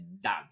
done